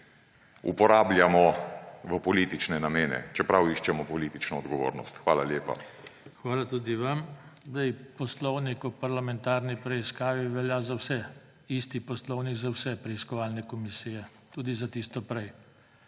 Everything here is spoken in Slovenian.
uporabljamo v politične namene, čeprav iščemo politično odgovornost. Hvala lepa. PODPREDSEDNIK JOŽE TANKO: Hvala tudi vam. Poslovnik o parlamentarni preiskavi velja za vse, isti poslovnik za vse preiskovalne komisije, tudi za tisto prej.